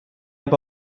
aber